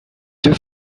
deux